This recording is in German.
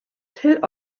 till